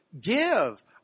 give